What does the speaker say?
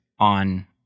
on